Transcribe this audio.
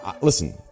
listen